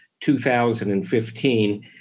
2015